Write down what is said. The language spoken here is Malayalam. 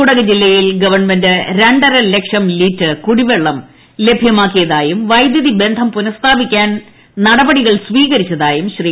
കുടക് ജില്ലയ്ക്കിൽ ഗവൺമെന്റ് രണ്ടരലക്ഷം ലിറ്റർ കുടിവെള്ളം ലഭ്യമാക്കിയിരാീയും വൈദ്യുതി ബന്ധം പുനസ്ഥാപിക്കാൻ നടപടികൾ സിഴ്കരിച്ചതായും ശ്രീ